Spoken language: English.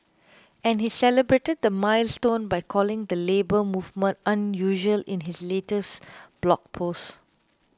and he celebrated the milestone by calling the Labour Movement unusual in his latest blog post